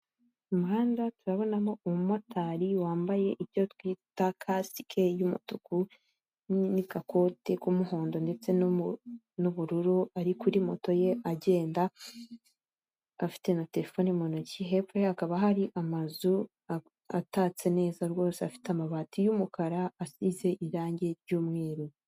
Mu muhanda turabonamo umumotari wambaye ibyo twita kasike y'umutuku n'agakoti k'umuhondo ndetse n'ubururu, ari kuri moto ye agenda afite na terefoni mu ntoki, hepfo hakaba hari amazu atatse neza rwose afite amabati y'umukara asize irangi ry'umweru.